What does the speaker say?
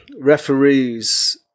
referees